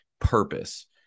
purpose